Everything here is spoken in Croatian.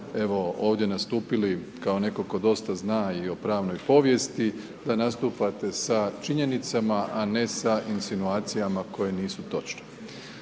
ste ovdje nastupili kao netko tko dosta zna i o pravnoj povijesti, da nastupate sa činjenicama, a ne sa insinuacijama koje nisu točne.